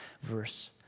verse